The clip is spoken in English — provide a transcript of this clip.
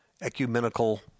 ecumenical